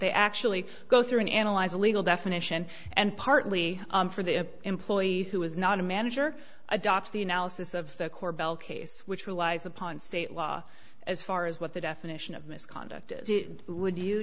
they actually go through and analyze a legal definition and partly for the employee who is not a manager adopts the analysis of the corbell case which relies upon state law as far as what the definition of misconduct would you